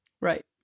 Right